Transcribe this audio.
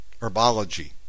Herbology